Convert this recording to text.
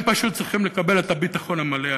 הם פשוט צריכים לקבל את הביטחון המלא,